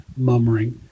mummering